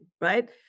right